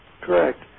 Correct